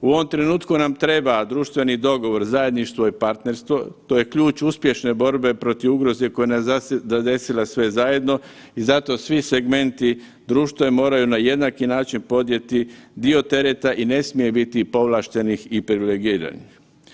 U ovom trenutku nam treba društveni dogovor, zajedništvo i partnerstvo, to je ključ uspješne borbe protiv ugroze koja nas je zadesila sve zajedno i zato svi segmenti društva moraju na jednaki način podnijeti dio tereta i ne smije biti povlaštenih i privilegiranih.